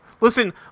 Listen